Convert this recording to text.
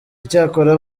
icyakora